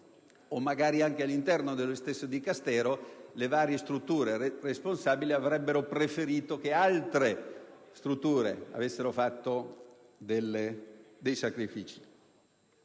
o, magari, anche all'interno dello stesso Dicastero, le varie strutture responsabili avrebbero preferito che altre facessero sacrifici